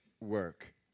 work